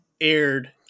aired